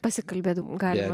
pasikalbėti gali